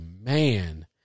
man